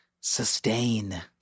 sustain